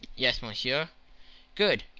yes, monsieur good!